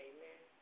Amen